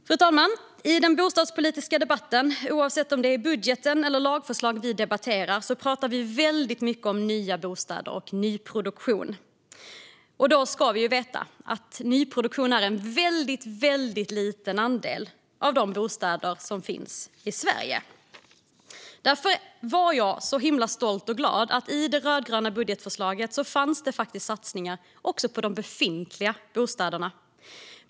Fru talman! Oavsett om det är budget eller lagförslag vi debatterar pratar vi i den bostadspolitiska debatten väldigt mycket om nya bostäder och nyproduktion. Då ska vi veta att nyproduktion är en väldigt liten andel av de bostäder som finns i Sverige. Därför var jag himla stolt och glad över att det i det rödgröna budgetförslaget fanns satsningar också på befintliga bostäder.